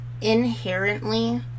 inherently